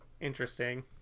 Interesting